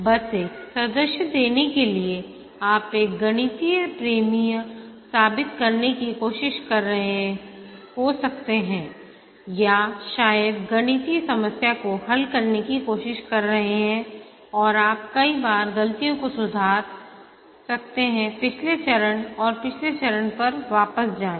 बस एक सादृश्य देने के लिए आप एक गणितीय प्रमेय साबित करने की कोशिश कर रहे हो सकते हैं या शायद गणितीय समस्या को हल करने की कोशिश कर रहे हैं और आप कई बार गलतियों को सुधार सकते हैं पिछले चरण और पिछले चरण पर वापस जाएं